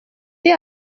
t’es